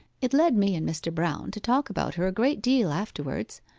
it led me and mr. brown to talk about her a great deal afterwards.